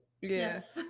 Yes